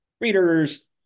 readers